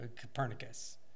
Copernicus